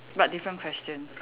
but different question